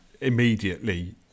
immediately